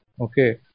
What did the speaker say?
Okay